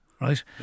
right